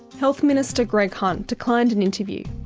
health minister greg hunt declined an interview.